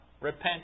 Repent